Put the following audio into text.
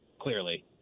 clearly